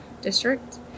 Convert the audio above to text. district